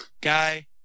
guy